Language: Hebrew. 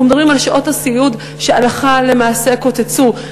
אנחנו מדברים על שעות הסיעוד שהלכה למעשה קוצצו.